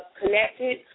connected